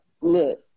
look